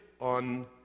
on